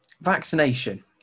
vaccination